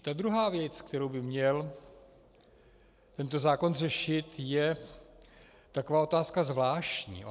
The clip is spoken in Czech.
Ta druhá věc, kterou by měl tento zákon řešit, je taková otázka zvláštní.